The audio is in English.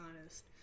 honest